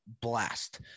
blast